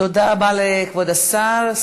תודה רבה לכבוד השר,